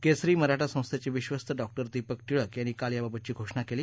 केसरी मराठा संस्थेचे विश्वस्त डॉक्टर दीपक टिळक यांनी काल याबाबतची घोषणा केली